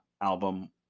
album